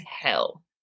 hell